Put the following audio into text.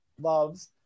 loves